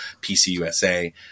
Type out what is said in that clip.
PCUSA